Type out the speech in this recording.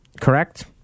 correct